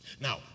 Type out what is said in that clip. Now